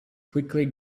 quickly